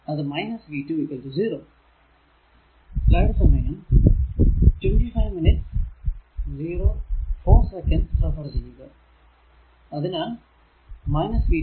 അത് v20 അതിനാൽ v 2 v 3 0